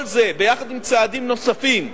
כל זה, ביחד עם צעדים נוספים,